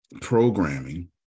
programming